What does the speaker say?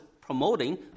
promoting